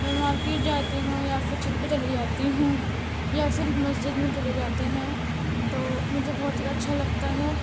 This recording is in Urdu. میں مارکیٹ جاتی ہوں یا پھر چھت پہ چلی جاتی ہوں یا پھر مسجد میں چلے جاتے ہیں تو مجھے بہت ہی اچھا لگتا ہے